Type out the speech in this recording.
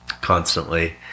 constantly